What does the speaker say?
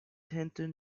hinton